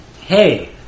hey